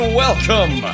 welcome